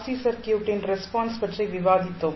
C சர்க்யூட்டின் response பற்றி விவாதித்தோம்